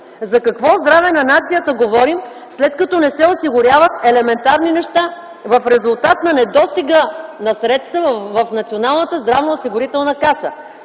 За какво здраве на нацията говорим, след като не се осигуряват елементарни неща в резултат на недостиг на средства в Националната здравноосигурителна каса.